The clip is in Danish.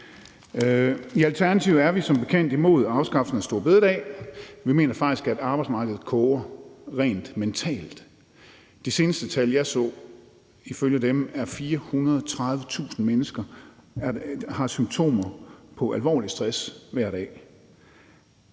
I Alternativet er vi som bekendt imod afskaffelsen af store bededag. Vi mener faktisk, at arbejdsmarkedet koger rent mentalt. Ifølge de seneste tal, jeg så, har 430.000 mennesker symptomer på alvorlig stress hver dag.